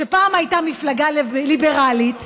שפעם הייתה מפלגה ליברלית,